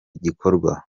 gikorwa